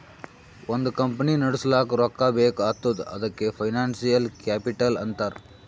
ಒಂದ್ ಕಂಪನಿ ನಡುಸ್ಲಾಕ್ ರೊಕ್ಕಾ ಬೇಕ್ ಆತ್ತುದ್ ಅದಕೆ ಫೈನಾನ್ಸಿಯಲ್ ಕ್ಯಾಪಿಟಲ್ ಅಂತಾರ್